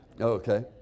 Okay